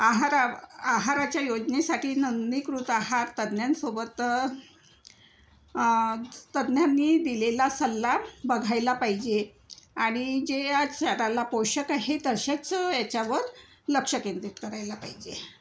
आहारा आहाराच्या योजनेसाठी नोंदणीकृत आहार तज्ज्ञांसोबत तज्ज्ञांनी दिलेला सल्ला बघायला पाहिजे आणि जे आज शरीराला पोषक आहे तसेच याच्यावर लक्ष केंद्रित करायला पाहिजे